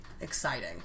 exciting